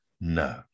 No